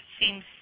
seems